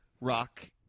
rock